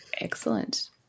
Excellent